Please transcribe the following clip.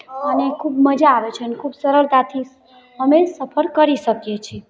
અને ખૂબ મજા આવે છે અને ખૂબ સરળતાથી અમે સફર કરી શકીએ છીએ